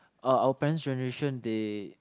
uh our parents' generation they